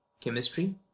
chemistry